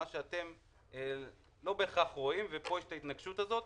מה שאתם לא בהכרח רואים ופה יש את ההתנגשות הזאת.